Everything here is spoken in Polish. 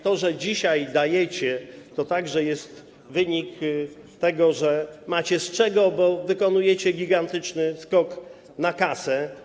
To, że dzisiaj dajecie, to także jest wynik tego, że macie z czego, bo wykonujecie gigantyczny skok na kasę.